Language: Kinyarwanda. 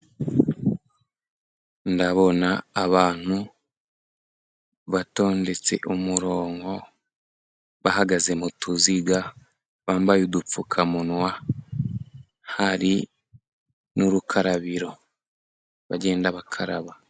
Ndabona abantu batondetse umurongo, bahagaze mu tuziga, bambaye udupfukamunwa, hari n'urukarabiro bagenda bakaraba.